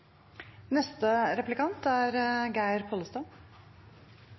neste taler, som er Geir